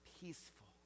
Peaceful